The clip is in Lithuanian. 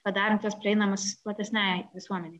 padarant juos prieinamus platesnei visuomenei